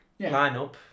lineup